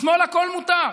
לשמאל הכול מותר,